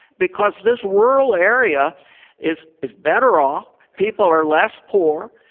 because this rural area is is better off. people are less poor.